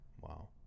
wow